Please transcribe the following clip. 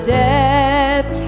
death